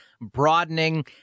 broadening